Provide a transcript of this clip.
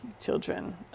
children